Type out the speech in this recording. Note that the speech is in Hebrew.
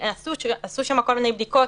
עשו שם כל מיני בדיקות,